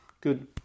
good